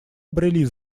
обрели